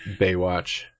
Baywatch